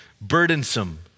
burdensome